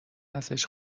ازش